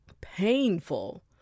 painful